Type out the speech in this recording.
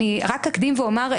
אני רק אקדים ואומר,